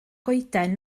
goeden